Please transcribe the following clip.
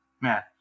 man